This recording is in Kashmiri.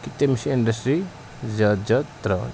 کہِ تٔمِس چھِ اِنٛڈَسٹِرٛی زیادٕ زیادٕ ترٛاونہِ